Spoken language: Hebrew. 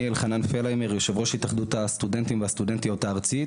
אני יושב-ראש התאחדות הסטודנטים והסטודנטיות הארצית